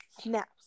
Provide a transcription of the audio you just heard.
snaps